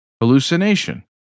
hallucination